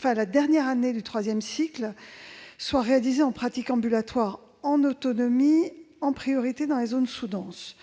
que la dernière année du troisième cycle soit réalisée en pratique ambulatoire en autonomie, en priorité dans les zones sous-denses.